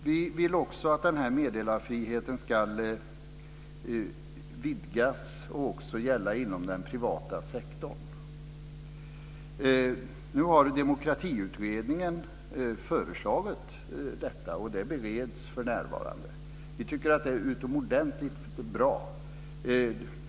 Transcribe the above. Vi vill också att den här meddelarfriheten ska vidgas och även gälla inom den privata sektorn. Nu har Demokratiutredningen föreslagit detta, och det förslaget bereds för närvarande. Vi tycker att det är utomordentligt bra.